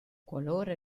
qualora